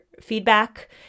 feedback